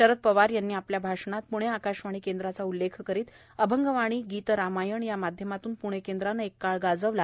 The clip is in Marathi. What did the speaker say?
शरद पवार यांनी आपल्या भाषणात प्णे आकाशवाणी केंद्राच्या उल्लेख करत अभंगवाणी गीत रामायण या माध्यमात्न प्णे केंद्राने एक काळ गाजवला